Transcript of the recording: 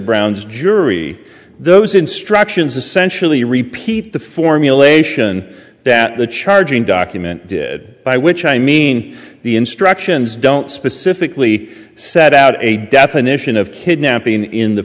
brown's jury those instructions essentially repeat the formulation that the charging document did by which i mean the instructions don't specifically set out a definition of kidnapping in